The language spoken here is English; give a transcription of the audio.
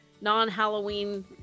non-halloween